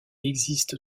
existe